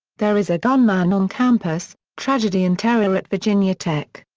there is a gunman on campus tragedy and terror at virginia tech.